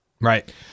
right